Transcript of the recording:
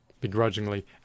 begrudgingly